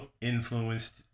influenced